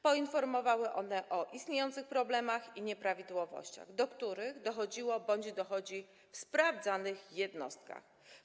Poinformowały one o istniejących problemach i nieprawidłowościach, do których dochodziło bądź dochodzi w sprawdzanych jednostkach.